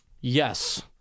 Yes